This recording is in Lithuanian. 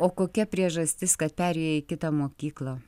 o kokia priežastis kad perėjai į kitą mokyklą